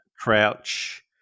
Crouch